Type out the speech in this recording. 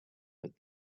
but